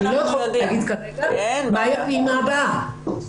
לא יכולה להגיד כרגע מהי הפעימה הבאה.